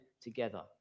together